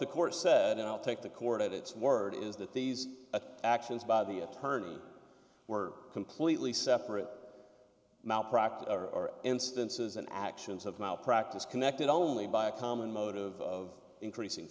the court said and i'll take the court at its word is that these actions by the attorney were completely separate malpractise are instances and actions of malpractise connected only by a common mode of increasing